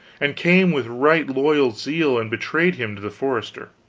and came with right loyal zeal and betrayed him to the forester.